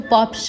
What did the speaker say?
Pop